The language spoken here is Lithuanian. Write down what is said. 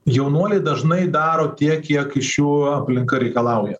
jaunuoliai dažnai daro tiek kiek iš jų aplinka reikalauja